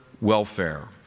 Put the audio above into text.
welfare